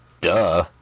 Duh